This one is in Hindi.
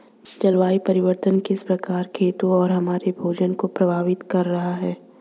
जलवायु परिवर्तन किस प्रकार खेतों और हमारे भोजन को प्रभावित कर रहा है?